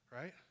right